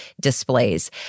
displays